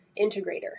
integrator